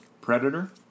Predator